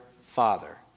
father